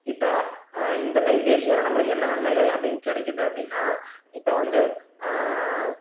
இப்போ இந்த கைபேசியால் நம்மளுக்கு என்ன நன்மைகள் அப்படினு கிடைக்கிது அப்படினா இப்போ வந்து